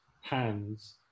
hands